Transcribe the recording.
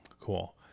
Cool